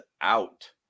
out